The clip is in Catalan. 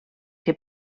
que